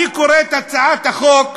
אני קורא את הצעת החוק,